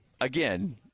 again